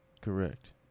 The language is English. Correct